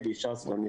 התחיל קצת צורם.